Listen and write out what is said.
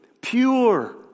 pure